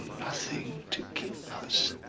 nothing to give us.